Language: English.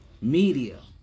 media